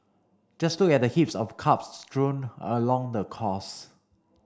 just look at the heaps of cups strewn along the course